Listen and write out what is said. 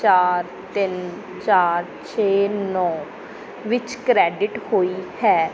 ਚਾਰ ਤਿੰਨ ਚਾਰ ਛੇ ਨੌ ਵਿੱਚ ਕ੍ਰੈਡਿਟ ਹੋਈ ਹੈ